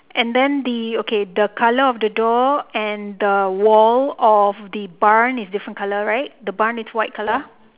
and then the okay the colour of the door and the wall of the barn is different colour right the barn is white colour